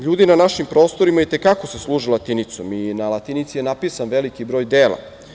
Ljudi na našim prostorima i te kako se služe latinicom i na latinici je napisan veliki broj dela.